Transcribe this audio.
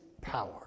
power